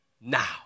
now